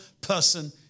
person